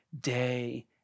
day